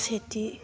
सेथि